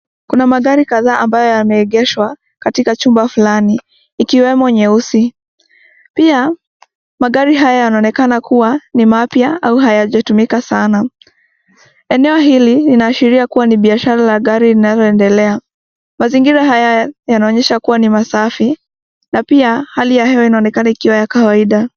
Kuna magari kadhaa ambayo yameegeshwa katika chumba fulaninikiwemo nyeusi. Pia magari haya yanaonekana kuwa ni mapya au hayajatumika sana. Eneo hili inaashiria kuwa ni biashara ya gari inayooendelea .Mazingira haya yanaonyesha kuwa ni safi na pia hali ya hewa inaonekana ikiwa ya kawaida.